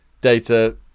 data